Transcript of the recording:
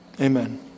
Amen